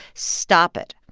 stop it.